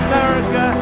America